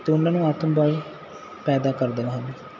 ਅਤੇ ਉਹਨਾਂ ਨੂੰ ਆਤਮ ਬਲ ਪੈਦਾ ਕਰਦੀਆਂ ਹਨ